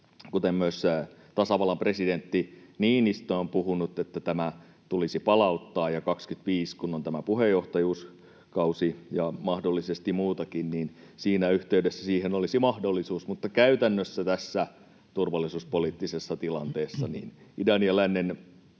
kuten myös tasavallan presidentti Niinistö on puhunut, että se tulisi palauttaa, ja 2025, kun on tämä puheenjohtajuuskausi ja mahdollisesti muutakin, siinä yhteydessä siihen olisi mahdollisuus, mutta käytännössä tässä turvallisuuspoliittisessa tilanteessa idän ja lännen